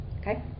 okay